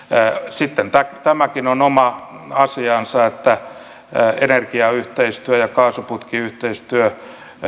sitten tämäkin on oma oma asiansa että energiayhteistyö ja kaasuputkiyhteistyö